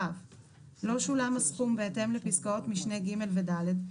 לא שולם הסכום בהתאם לפסקאות משנה (ג) ו-(ד),